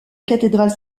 cathédrale